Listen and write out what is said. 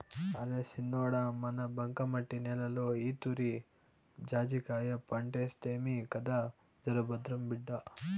అరే సిన్నోడా మన బంకమట్టి నేలలో ఈతూరి జాజికాయ పంటేస్తిమి కదా జరభద్రం బిడ్డా